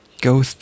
go